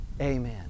amen